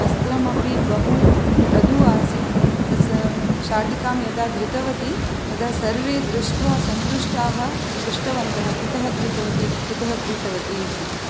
वस्त्रमपि बहु मृदु आसीत् तत् सः शाटिकां यदा धृतवति तदा सर्वे दृष्ट्वा सन्तुष्टाः पृष्टवन्तः कुतः क्रीतवति कुतः क्रीतवति इति